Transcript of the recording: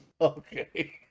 Okay